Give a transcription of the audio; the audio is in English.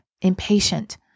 impatient